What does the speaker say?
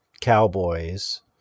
Cowboys